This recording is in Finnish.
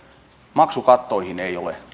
maksukattoihin ei ole